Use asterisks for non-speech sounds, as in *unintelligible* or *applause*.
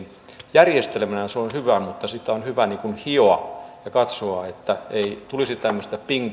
järjestelmänä se on hyvä mutta sitä on hyvä hioa ja katsoa että ei tulisi tämmöisiä ping *unintelligible*